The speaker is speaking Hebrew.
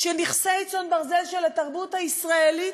של נכסי צאן ברזל של התרבות הישראלית,